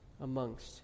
amongst